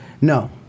No